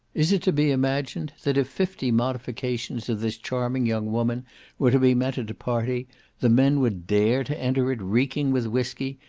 is it to be imagined, that if fifty modifications of this charming young woman were to be met at a party the men would dare to enter it reeking with whiskey,